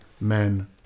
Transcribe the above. men